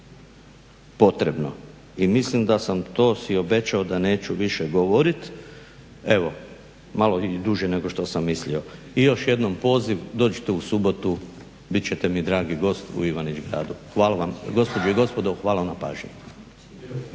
potrebno i mislim da sam si to obećao da neću više govoriti. Evo malo duže nego što sam mislio. I još jednom poziv dođite u subotu bit ćete mi dragi gost u Ivanić Gradu. Gospođe i gospodo hvala vam na pažnji.